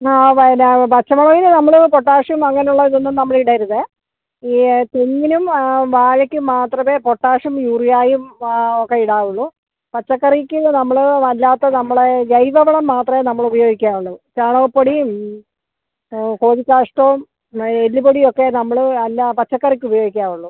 ആ പിന്നെ പച്ചമുളകിന് നമ്മൾ പൊട്ടാഷും അങ്ങനെയുള്ള ഇതൊന്നും നമ്മൾ ഇടരുത് ഈ തെങ്ങിലും വാഴയ്ക്ക് മാത്രമേ പൊട്ടാഷും യൂറിയായും ഒക്കെ ഇടാവുള്ളൂ പച്ചക്കറിക്ക് നമ്മൾ വല്ലാത്ത നമ്മളെ ജൈവ വളം മാത്രമേ നമ്മൾ ഉപയോഗിക്കാവുള്ളൂ ചാണകപ്പൊടിയും കോഴി കാഷ്ടവും എല്ലുപൊടി ഒക്കെ നമ്മൾ അല്ല പച്ചക്കറിക്ക് ഉപയോഗിക്കാവുള്ളൂ